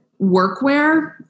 workwear